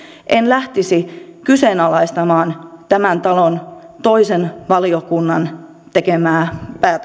en lähtisi kyseenalaistamaan tämän talon toisen valiokunnan tekemää